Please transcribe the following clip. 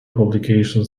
publications